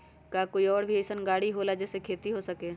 का कोई और भी अइसन और गाड़ी होला जे से खेती हो सके?